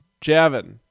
Javin